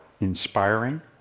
inspiring